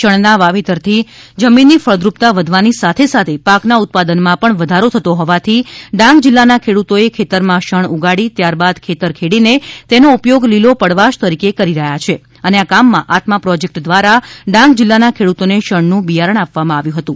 શણના વાવેતરથી જમીનની ફળદ્રુપતા વધવાની સાથે સાથે પાકના ઉત્પાદનમાં પણ વધારો થતો હોવાથી ડાંગ જીલ્લાના ખેડૂતોએ ખેતરમાં શણ ઉગાડી ત્યારબાદ ખેતર ખેડીને તેનો ઉપયોગ લીલો પડવાશ તરીકે કરી રહ્યા છે અને આ કામમાં આત્મા પ્રોજેક્ટ દ્વારા ડાંગ જીલ્લાના ખેડૂતોને શણનું બિયારણ આપવામાં આવ્યુ હતું